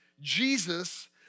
Jesus